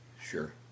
Sure